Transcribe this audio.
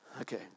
Okay